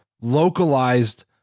localized